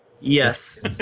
Yes